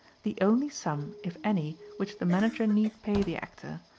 the only sum, if any, which the manager need pay the actor,